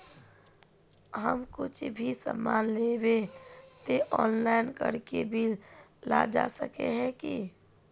हम कुछ भी सामान लेबे ते ऑनलाइन करके बिल ला सके है की?